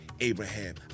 Abraham